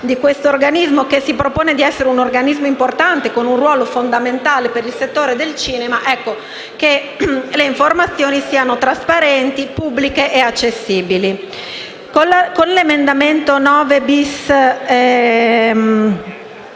di questo che si propone di essere un organismo importante con un ruolo fondamentale per il settore del cinema, le informazioni siano trasparenti, pubbliche e accessibili. Con l'emendamento